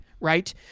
right